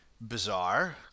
bizarre